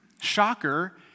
Shocker